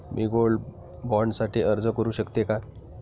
मी gold bond साठी अर्ज करु शकते का?